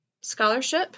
scholarship